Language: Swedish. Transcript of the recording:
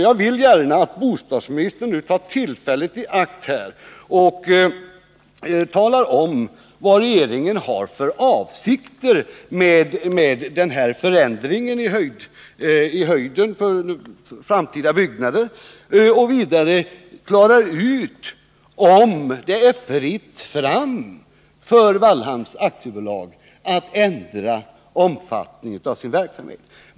Jag vill gärna att bostadsministern nu tar tillfället i akt att tala om vad regeringen har för avsikter med den här förändringen av höjden för framtida byggnader och att klara ut om det är fritt fram för Wallhamn AB att ändra omfattningen av sin verksamhet.